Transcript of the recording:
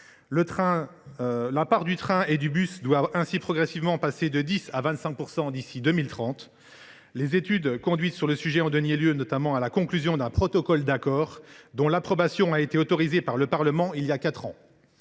La part du train et du bus doit ainsi progressivement passer de 10 % à 25 % d’ici à 2030. Les études conduites sur le sujet ont donné lieu notamment à la conclusion d’un protocole d’accord, dont l’approbation a été autorisée par le Parlement voilà quatre ans.